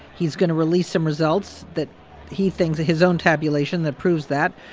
he's going to release some results that he thinks his own tabulation that proves that.